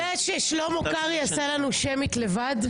אתה יודע ששלמה קרעי עשה לנו שמית לבד?